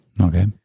Okay